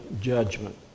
judgment